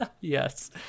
Yes